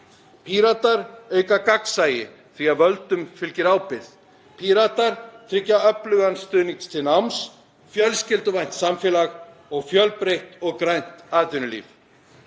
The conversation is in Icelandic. Píratar auka gagnsæi því að völdum fylgir ábyrgð. Píratar tryggja öflugan stuðning til náms, fjölskylduvænt samfélag og fjölbreytt og grænt atvinnulíf.